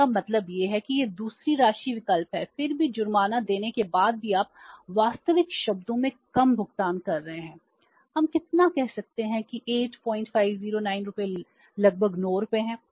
इसका मतलब यह है कि यह दूसरी राशि विकल्प है फिर भी जुर्माना देने के बाद भी आप वास्तविक शब्दों में कम भुगतान कर रहे हैं हम कितना कह सकते हैं कि 8509 रुपये लगभग नौ रुपये है